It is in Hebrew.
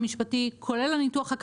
כולל הניתוח המשפטי,